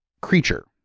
creature